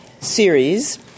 series